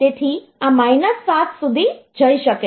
તેથી આ માઈનસ 7 સુધી જઈ શકે છે